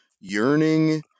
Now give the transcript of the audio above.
yearning